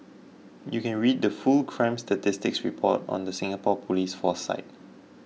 you can read the full crime statistics report on the Singapore police force site